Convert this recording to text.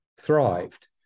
thrived